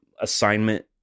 assignment